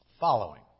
Following